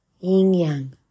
yin-yang